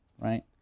right